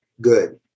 good